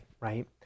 right